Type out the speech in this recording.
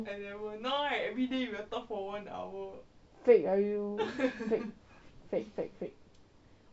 fake ah you fake fake fake